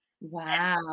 Wow